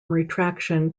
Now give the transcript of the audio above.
retraction